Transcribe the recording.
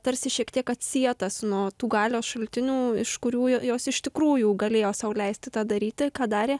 tarsi šiek tiek atsietas nuo tų galios šaltinių iš kurių jos iš tikrųjų galėjo sau leisti tą daryti ką darė